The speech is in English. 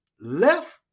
left